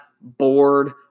bored